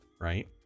right